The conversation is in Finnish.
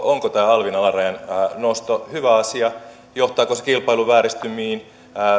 onko tämä alvin alarajan nosto hyvä asia johtaako se kilpailuvääristymiin